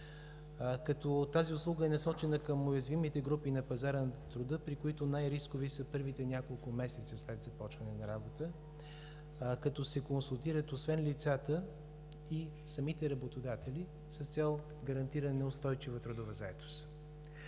Тази услуга е насочена към уязвимите групи на пазара на труда, при които най-рискови са първите няколко месеца след започване на работа, като се консултират освен лицата и самите работодатели с цел гарантиране на устойчива трудова заетост.